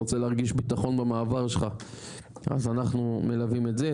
רוצה להרגיש ביטחון במעבר שלך אז אנחנו מלווים את זה.